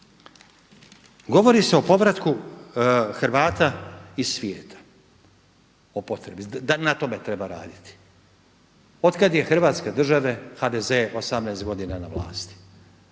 govori se o povratu Hrvata iz svijeta, o potrebi da na tome treba raditi, od Hrvatske je države HDZ je 18 godina na vlasti,